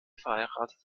verheiratet